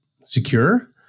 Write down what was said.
secure